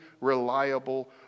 reliable